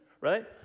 right